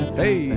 hey